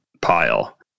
pile